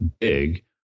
big